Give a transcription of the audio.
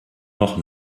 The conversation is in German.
noch